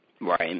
Right